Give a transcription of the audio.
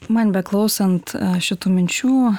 man beklausant šitų minčių